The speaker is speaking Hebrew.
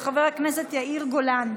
של חבר הכנסת יאיר גולן.